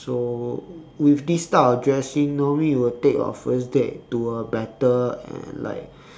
so with this type of dressing normally you will take your first date to a better and like